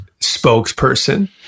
spokesperson